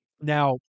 Now